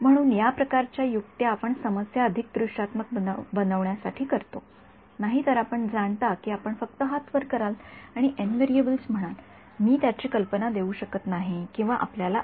म्हणून या प्रकारच्या युक्त्या आपण समस्या अधिक दृश्यात्मक बनविण्यासाठी करतो नाहीतर आपण जाणता की आपण फक्त हात वर कराल आणि एन व्हेरिएबल्स म्हणाल मी त्याची कल्पना देऊ शकत नाही की आपल्याला अंतर्ज्ञान प्राप्त होणार नाही